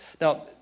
Now